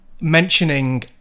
Mentioning